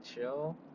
chill